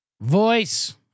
Voice